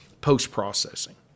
post-processing